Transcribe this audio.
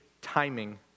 timing